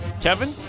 Kevin